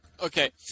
Okay